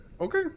okay